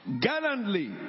Gallantly